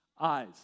eyes